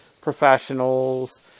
professionals